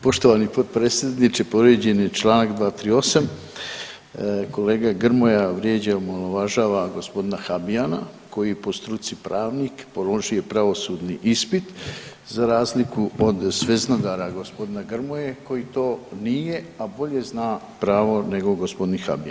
Poštovani potpredsjedniče povrijeđen je Članak 238., kolega Grmoja vrijeđa i omalovažava gospodina Habijana koji je po struci pravnik, položio je pravosudni ispit za razliku od sveznadara gospodina Grmoje koji to nije, a bolje zna pravo nego gospodin Habijan.